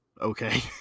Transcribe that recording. okay